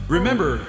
Remember